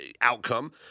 outcome